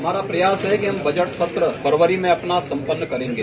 हमारा प्रयास है कि हम बजट सत्र फरवरी में अपना सम्पन्न कर लेंगे